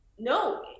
No